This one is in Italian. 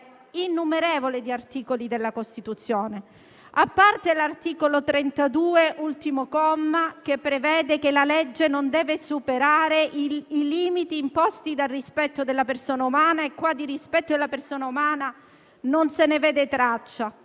innumerevole di articoli della Costituzione, a partire dall'articolo 32, ultimo comma, che prevede che la legge non debba superare i limiti imposti dal rispetto della persona umana; e qua di rispetto della persona umana non se ne vede traccia;